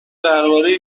درباره